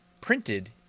printed